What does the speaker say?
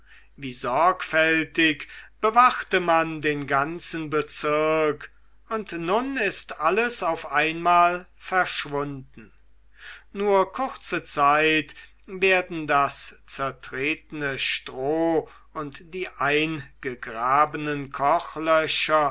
wie sorgfältig bewachte man den ganzen bezirk und nun ist alles auf einmal verschwunden nur kurze zeit werden das zertretene stroh und die eingegrabenen kochlöcher